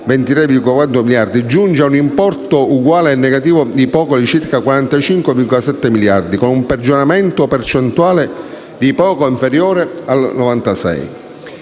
23,4 miliardi, giunge a un importo ugualmente negativo di poco meno di 45,7 miliardi, con un peggioramento percentuale di poco inferiore al 96